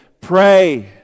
pray